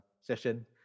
session